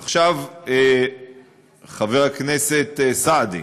עכשיו, חבר הכנסת סעדי,